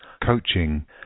coaching